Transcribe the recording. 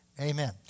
Amen